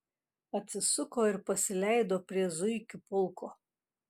atsisuko ir pasileido prie zuikių pulko